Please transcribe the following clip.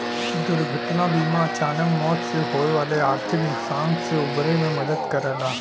दुर्घटना बीमा अचानक मौत से होये वाले आर्थिक नुकसान से उबरे में मदद करला